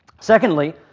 Secondly